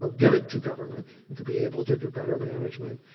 but give it to government to be able to do better management,